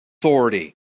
authority